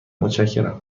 متشکرم